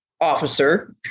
officer